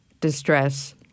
distress